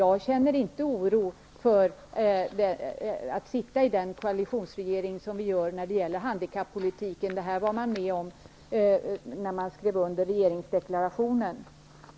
Jag känner ingen oro för att sitta i en koalitionsregering när det gäller handikappolitiken. Vi var med om det här när vi skrev under regeringsdeklarationen.